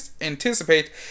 anticipate